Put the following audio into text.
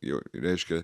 jau reiškia